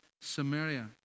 Samaria